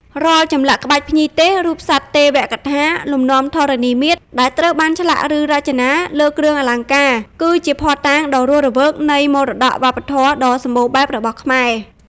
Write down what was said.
រាល់ចម្លាក់ ក្បាច់ភ្ញីទេស រូបសត្វទេវកថា លំនាំធរណីមាត្រ ដែលត្រូវបានឆ្លាក់ ឬរចនាលើគ្រឿងអលង្ការ គឺជាភស្តុតាងដ៏រស់រវើកនៃ មរតកវប្បធម៌ដ៏សម្បូរបែបរបស់ខ្មែរ។